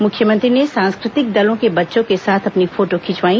मुख्यमंत्री ने सांस्कृतिक दलों के बच्चों के साथ अपनी फोटो खिंचवाई